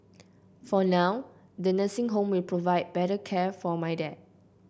for now the nursing home will provide better care for my dad